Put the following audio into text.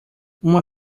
uma